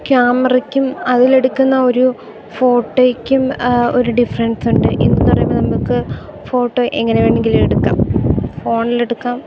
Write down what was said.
ക്യാമറയ്ക്കും അതിൽ എടുക്കുന്ന ഒരു ഫോട്ടൊയ്ക്കും ഒരു ഡിഫറൻസ് ഉണ്ട് എന്നു പറയുമ്പോൾ നമുക്ക് ഫോട്ടോ എങ്ങനെ വേണമെങ്കിലും എടുക്കാം ഫോണിൽ എടുക്കാം